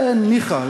זה ניחא,